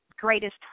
greatest